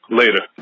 later